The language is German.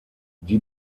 die